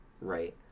right